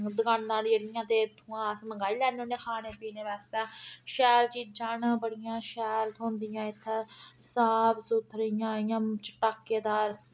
दकानां न जेह्ड़ियां ते उत्थुआं अस मंगाई लैन्ने होन्ने खाने पीने बास्तै शैल चीजां न बड़ियां शैल थ्होंदियां इत्थैं साफ सुथरियां इयां चटाकेदार